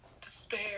despair